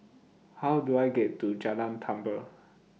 How Do I get to Jalan Tambur